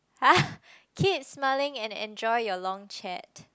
!huh! keep smiling and enjoy your long chat